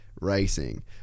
racing